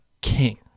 king